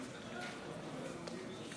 קובע שהצעת חוק העבירות המינהליות (תיקון,